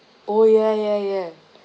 oh ya ya ya